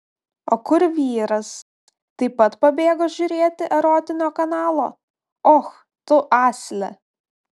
o kur vyras taip pat pabėgo žiūrėti erotinio kanalo och tu asile